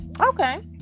okay